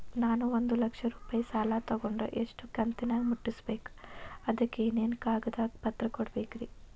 ನಾನು ಒಂದು ಲಕ್ಷ ರೂಪಾಯಿ ಸಾಲಾ ತೊಗಂಡರ ಎಷ್ಟ ಕಂತಿನ್ಯಾಗ ಮುಟ್ಟಸ್ಬೇಕ್, ಅದಕ್ ಏನೇನ್ ಕಾಗದ ಪತ್ರ ಕೊಡಬೇಕ್ರಿ?